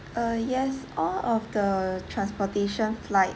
uh yes all of the transportation flight